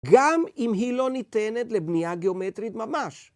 גם אם היא לא ניתנת לבנייה גיאומטרית ממש.